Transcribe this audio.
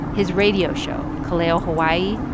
his radio show, ka leo hawaii,